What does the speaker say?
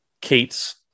Kate's